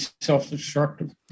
self-destructive